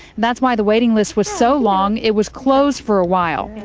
that's why the waiting list was so long it was closed for a while.